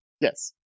yes